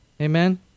Amen